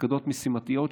מפקדות משימתיות,